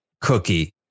cookie